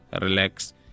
relax